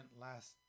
last